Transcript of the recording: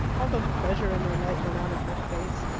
all the pleasure and the light went out of her face,